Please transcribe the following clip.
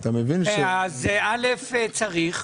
כן, צריך.